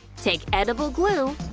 take edible glue